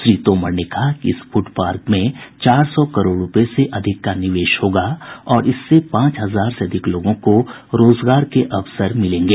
श्री तोमर ने कहा कि इस फूड पार्क में चार सौ करोड़ रूपये से अधिक का निवेश होगा और इससे पांच हजार से अधिक लोगों को रोजगार के अवसर मिलेंगे